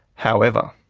however,